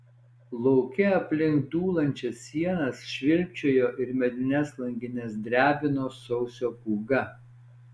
lauke aplink dūlančias sienas švilpčiojo ir medines langines drebino sausio pūga